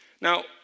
Now